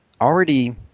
already